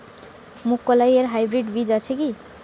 মুগকলাই এর হাইব্রিড বীজ আছে কি?